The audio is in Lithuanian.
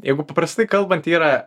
jeigu paprastai kalbant yra